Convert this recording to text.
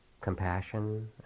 compassion